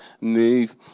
move